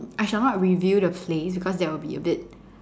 I shall not reveal the place because that will be a bit